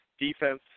defense